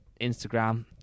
Instagram